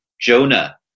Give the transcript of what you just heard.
Jonah